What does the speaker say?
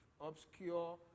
obscure